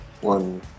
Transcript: One